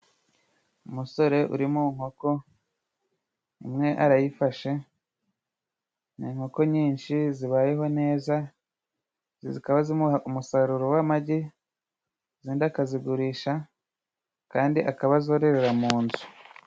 Umusore uri mu nkoko imwe arayifashe n'inkoko nyinshi zibayeho neza ,zikaba zimuha umusaruro w'amagi ,izindi akazigurisha ,kandi akaba azorerera mu nzu.